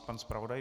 Pan zpravodaj.